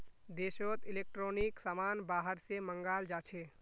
देशोत इलेक्ट्रॉनिक समान बाहर से मँगाल जाछे